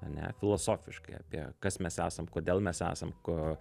ar ne filosofiškai apie kas mes esam kodėl mes esam ko